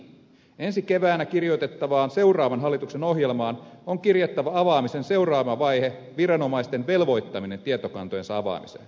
ensi keväänä kirjoitettavaan seuraavan hallituksen ohjelmaan on kirjattava avaamisen seuraava vaihe viranomaisten velvoittaminen tietokantojensa avaamiseen